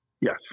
Yes